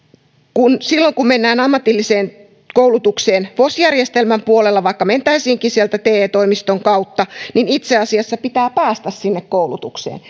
silloin kun mennään ammatilliseen koulutukseen vos järjestelmän puolella vaikka mentäisiinkin te toimiston kautta itse asiassa pitää päästä sinne koulutukseen